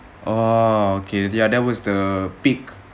orh okay ya that was the peak